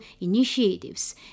initiatives